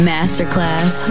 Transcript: Masterclass